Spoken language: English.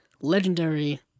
legendary